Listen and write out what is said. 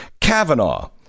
Kavanaugh